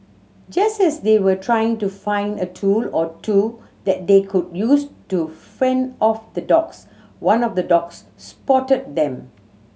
just as they were trying to find a tool or two that they could use to fend off the dogs one of the dogs spotted them